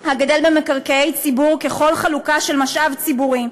הגדל במקרקעי ציבור, ככל חלוקה של משאב ציבורי.